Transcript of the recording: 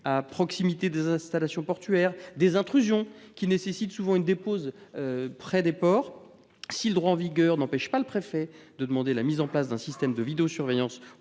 à proximité des installations portuaires, des intrusions, qui nécessitent souvent une dépose près des ports, etc. Si le droit en vigueur n’empêche pas le préfet de demander la mise en place d’un système de vidéosurveillance